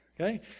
okay